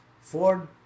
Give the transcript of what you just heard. Ford